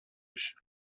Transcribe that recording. بشه